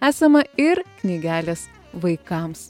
esama ir knygelės vaikams